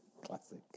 Classic